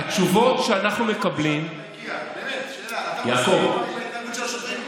שאלה: אתה מסכים עם ההתנהגות של השוטרים?